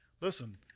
Listen